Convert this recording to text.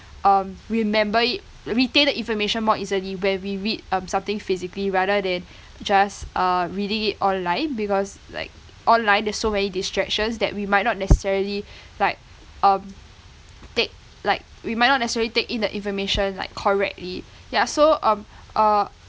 um remember it retain the information more easily when we read um something physically rather than just uh reading it online because like online there's so many distractions that we might not necessarily like um take like we might not necessarily take in the information like correctly ya so um uh